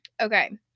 Okay